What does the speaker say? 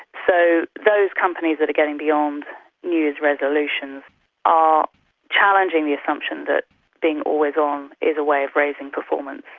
so those companies that are getting beyond new year's resolutions are challenging the assumption that being always on is a way of raising performance,